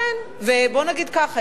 ובואו נגיד ככה,